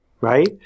right